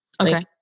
Okay